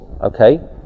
Okay